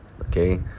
okay